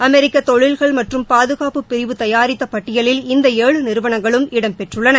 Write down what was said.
அமெிக்க தொழில்கள் மற்றம் பாதுகாப்பு பிரிவு தயாரித்த பட்டியலில் இந்த ஏழு நிறுவனங்களும் இடம்பெற்றுள்ளன